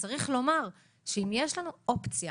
וצריך לומר שאם יש לנו אופציה